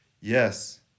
Yes